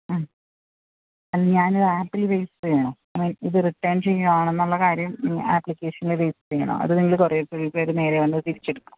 മ്മ് അല്ല ഞാനൊരു ആപ്പിൽ രജിസ്റ്റർ ചെയ്യണോ ഇത് റിട്ടേൺ ചെയ്യുക ആണെന്നുള്ള കാര്യം ആപ്പ്ളിക്കേഷനിൽ രജിസ്റ്റർ ചെയ്യണോ അതോ നിങ്ങൾ കൊറിയർ പേര് നേരേ വന്ന് തിരിച്ച് എടുക്കുമോ